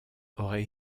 aurait